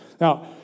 Now